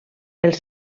els